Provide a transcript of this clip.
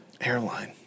Airline